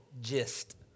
gist